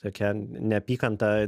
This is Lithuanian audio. tokia neapykanta